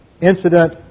incident